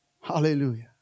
Hallelujah